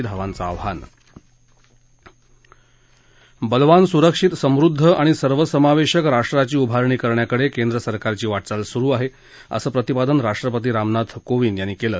धावांचं आव्हान बलवान सुरक्षित समृद्ध आणि सर्वसमावेशक राष्ट्राची उभारणी करण्याकडे केंद्र सरकारची वाटचाल सुरु आहे असं प्रतिपादन राष्ट्रपती रामनाथ कोविंद यांनी केलं